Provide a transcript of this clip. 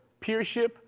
peership